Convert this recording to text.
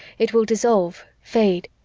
it will dissolve, fade,